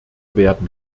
werden